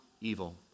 evil